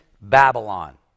Babylon